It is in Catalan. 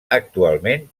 actualment